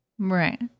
Right